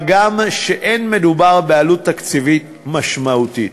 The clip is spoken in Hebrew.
מה גם שלא מדובר בעלות תקציבית משמעותית.